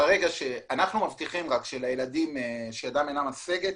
אנחנו מבטיחים שלילדים שידם אינה משגת